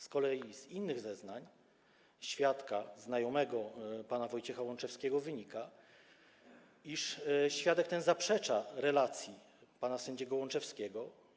Z kolei z innych zeznań świadka znajomego pana Wojciecha Łączewskiego wynika, iż świadek ten zaprzecza relacji pana sędziego Łączewskiego.